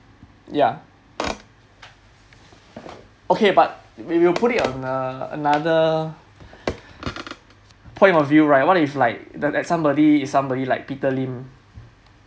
ya okay but we will put it on uh another point of view right what if like the that somebody is somebody like peter lim